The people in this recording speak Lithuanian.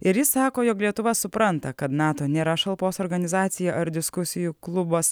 ir jis sako jog lietuva supranta kad nato nėra šalpos organizacija ar diskusijų klubas